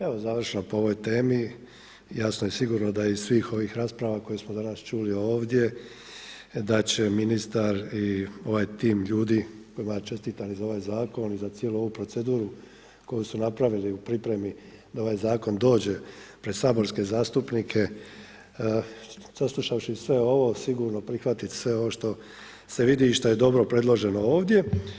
Evo završno po ovoj temi jasno je sigurno da iz svih ovih rasprava koje smo danas čuli ovdje da će ministar i ovaj tim ljudi kojima ja čestitam za ovaj zakon i za cijelu ovu proceduru koji su napravili u pripremi da ovaj zakon dođe pred saborske zastupnike, saslušavši sve ovo sigurno prihvatiti sve ovo što se vidi i što je dobro predloženo ovdje.